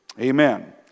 Amen